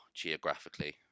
geographically